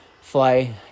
fly